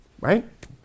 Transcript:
right